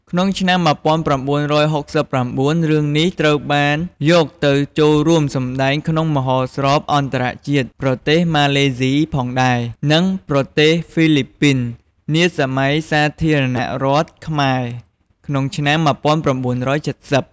ក្នុងឆ្នាំ១៩៦៩ រឿងនេះ ក៏ត្រូវបានយកទៅចូលរួមសម្តែងក្នុងមហោស្រពអន្តរជាតិ ប្រទេសម៉ាឡេស៊ីផងដែរ, និងប្រទេសហ្វីលីពីន នាសម័យសាធារណរដ្ឋខ្មែរ ក្នុងឆ្នាំ ១៩៧០ ។